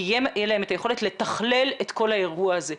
תהיה להם היכולת לתכלל את כל האירוע הזה,